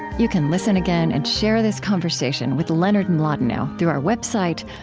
you can listen again and share this conversation with leonard and mlodinow through our website,